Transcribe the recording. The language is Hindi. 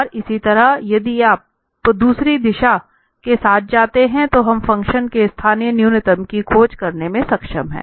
और इसी तरह यदि आप दूसरी दिशा के साथ जाते हैं तो हम फ़ंक्शन के स्थानीय न्यूनतम की खोज करने में सक्षम हैं